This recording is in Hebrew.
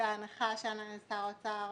בהנחה ששר האוצר